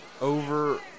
over